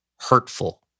hurtful